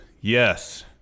yes